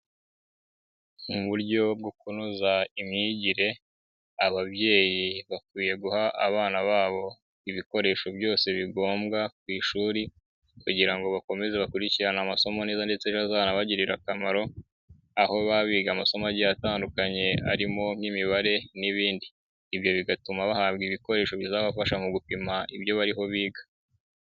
Mu buryo bwo kunoza imyigire ababyeyi bakwiye guha abana babo ibikoresho byose bigombwa ku ishuri kugira ngo bakomeze bakurikirane amasomo neza ndetse bazanabagirire akamaro, aho baba biga amasomo agiye atandukanye harimo nk'imibare n'ibindi, ibyo bigatuma bahabwa ibikoresho bizabafasha mu gupima ibyo bariho biga.